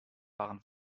waren